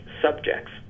subjects